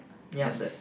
yup that's